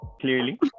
clearly